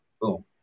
Boom